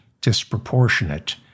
disproportionate